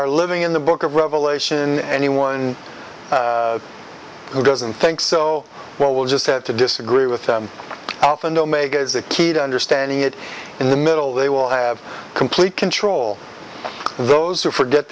are living in the book of revelation anyone who doesn't think so well we'll just have to disagree with the alpha and omega is the key to understanding it in the middle they will have complete control those who forget